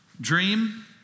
Dream